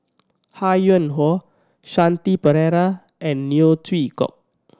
Ho Yuen Hoe Shanti Pereira and Neo Chwee Kok